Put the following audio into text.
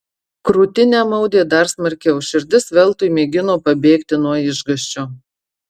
krūtinę maudė dar smarkiau širdis veltui mėgino pabėgti nuo išgąsčio